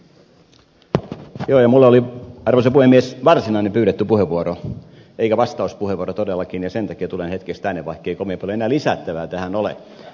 joo ja minulla oli arvoisa puhemies varsinainen pyydetty puheenvuoro eikä vastauspuheenvuoro todellakin ja sen takia tulen hetkeksi tänne vaikkei kovin paljon enää lisättävää tähän ole